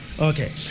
Okay